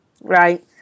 right